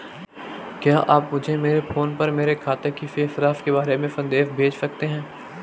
क्या आप मुझे मेरे फ़ोन पर मेरे खाते की शेष राशि के बारे में संदेश भेज सकते हैं?